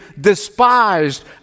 despised